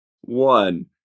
one